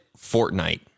Fortnite